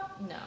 no